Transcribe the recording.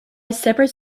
separate